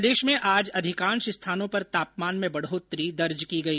प्रदेश में आज अधिकांश स्थानों पर तापमान में बढ़ोतरी दर्ज की गई